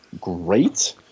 great